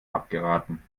abgeraten